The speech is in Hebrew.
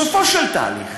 בסופו של תהליך,